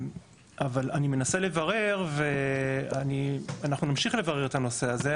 אבל אני מנסה לברר ואנחנו נמשיך לברר את הנושא הזה,